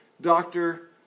Doctor